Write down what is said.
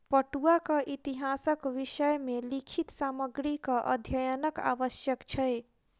पटुआक इतिहासक विषय मे लिखित सामग्रीक अध्ययनक आवश्यक छै